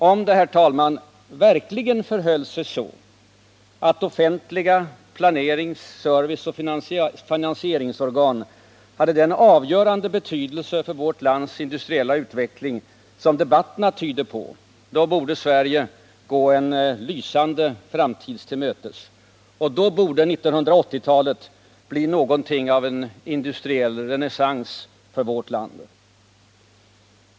Om det, herr talman, verkligen förhöll sig så att offentliga planerings-, serviceoch finansieringsorgan hade den avgörande betydelse för vårt lands industriella utveckling som debatterna tyder på, då borde Sverige gå en lysande framtid till mötes, och då borde 1980-talet bli någonting av en industriell renässans för vårt land.